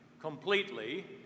completely